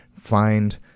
find